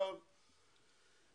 חשוב מאוד.